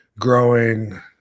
growing